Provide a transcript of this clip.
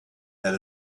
that